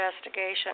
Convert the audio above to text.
investigation